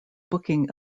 booking